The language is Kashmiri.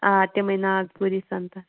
آ تِمٕے ناگ پوٗری سنٛگتر